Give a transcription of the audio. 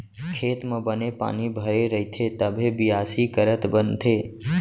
खेत म बने पानी भरे रइथे तभे बियासी करत बनथे